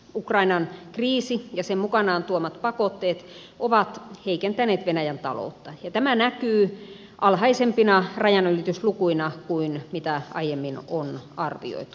ukrainan kriisi ja sen mukanaan tuomat pakotteet ovat heikentäneet venäjän taloutta ja tämä näkyy alhaisempina rajanylityslukuina kuin aiemmin on arvioitu